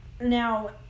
Now